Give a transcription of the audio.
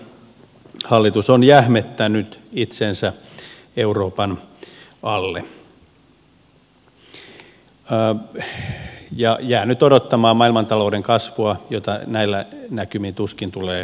voikin sanoa että hallitus on jähmettänyt itsensä euroopan alle ja jäänyt odottamaan maailmantalouden kasvua jota näillä näkymin tuskin tulee tapahtumaan